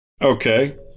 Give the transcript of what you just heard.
Okay